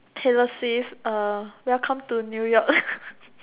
Taylor Swift uh welcome to New York